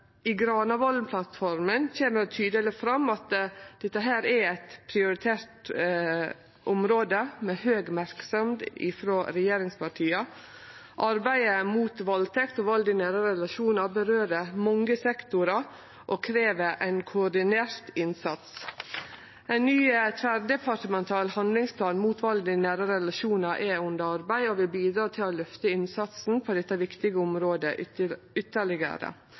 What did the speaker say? kjem tydeleg fram i Granavolden-plattforma at dette er eit prioritert område med høg merksemd frå regjeringspartia. Arbeidet mot valdtekt og vald i nære relasjonar gjeld mange sektorar og krev ein koordinert innsats. Ein ny tverrdepartemental handlingsplan mot vald i nære relasjonar er under arbeid og vil bidra til å løfte innsatsen på dette viktige området ytterlegare.